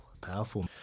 powerful